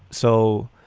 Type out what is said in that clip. so.